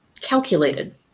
calculated